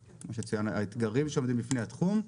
שציינו, האתגרים העומדים בפני התחום.